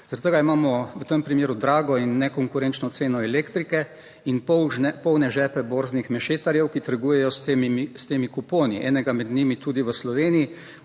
tega imamo v tem primeru drago in nekonkurenčno ceno elektrike in polne žepe borznih mešetarjev, ki trgujejo s temi kuponi, enega med njimi tudi v Sloveniji,